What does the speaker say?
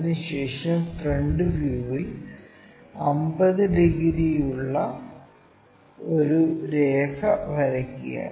അതിനുശേഷം ഫ്രണ്ട് വ്യൂയിൽ 50 ഡിഗ്രി ഉള്ള ഒരു രേഖ വരയ്ക്കുക